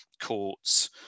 courts